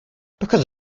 because